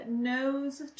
knows